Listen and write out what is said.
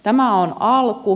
tämä on alku